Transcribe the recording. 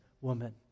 woman